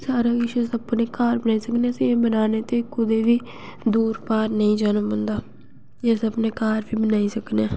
सारा किश अस अपने घर बनाई सकनेआं अस एह् बनाने ते कुतै बी दूर पार नेईं जाने पौंदा एह् अस अपने घर बी बनाई सकनेआं